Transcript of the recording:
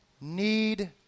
need